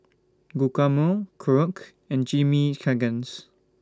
Guacamole Korokke and Chimichangas